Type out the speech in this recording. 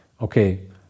Okay